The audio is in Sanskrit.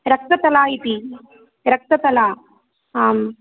रक्ततला इति रक्ततला आम्